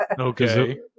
okay